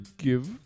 Give